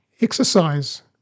exercise